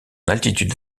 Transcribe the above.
altitude